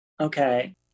okay